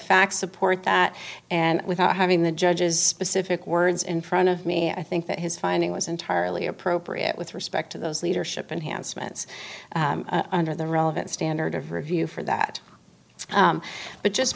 facts support that and without having the judge's specific words in front of me i think that his finding was entirely appropriate with respect to those leadership enhanced ments under the relevant standard of review for that but just